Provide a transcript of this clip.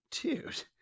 dude